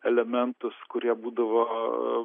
elementus kurie būdavo